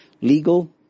legal